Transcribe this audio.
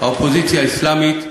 האופוזיציה אסלאמית,